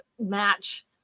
match